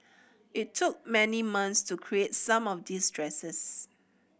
it took many months to create some of these dresses